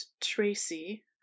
Tracy